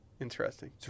Interesting